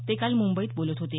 ते काल मुंबईत बोलत होते